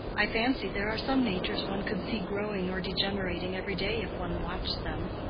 i fancy there are some natures one could see growing or degenerating every day, if one watched them,